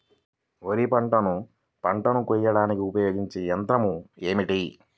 వరిపంటను పంటను కోయడానికి ఉపయోగించే ఏ యంత్రం ఏమిటి?